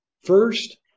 first